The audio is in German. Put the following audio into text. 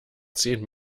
zehn